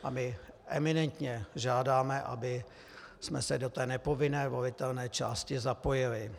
A my eminentně žádáme, abychom se do té nepovinné volitelné části zapojili.